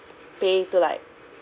pay to like